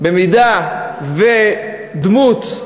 במידה שדמות,